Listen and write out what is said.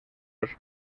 los